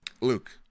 Luke